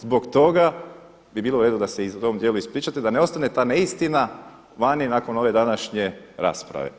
Zbog toga bi bilo u redu da se u tom dijelu ispričate da ne ostane ta neistina vani nakon ove današnje rasprave.